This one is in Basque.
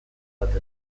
bat